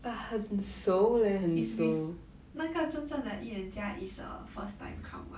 it's with 那个真正的预言家 is a first time come [one]